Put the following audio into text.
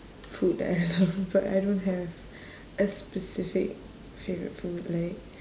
food that I love but I don't have a specific favourite food like